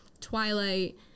Twilight